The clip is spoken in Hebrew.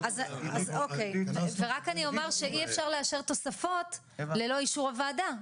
--- רק אני אומר שאי אפשר לאשר תוספות ללא אישור הוועדה,